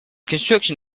contruction